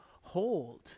hold